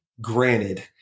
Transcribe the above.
granted